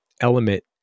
element